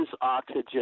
oxygen